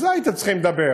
על זה הייתם צריכים לדבר,